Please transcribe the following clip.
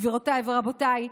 גבירותיי ורבותיי,